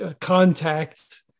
contact